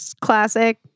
classic